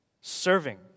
Serving